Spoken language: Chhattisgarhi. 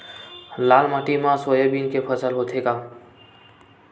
लाल माटी मा सोयाबीन के फसल होथे का?